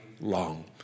long